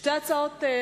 שתי הצעות אחרות.